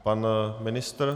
Pan ministr?